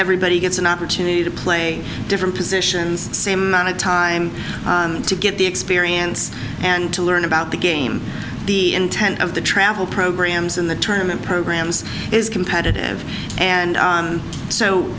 everybody gets an opportunity to play different positions same amount of time to get the experience and to learn about the game the intent of the travel programs in the tournament programs is competitive and